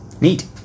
Neat